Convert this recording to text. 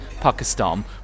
Pakistan